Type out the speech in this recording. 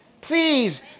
please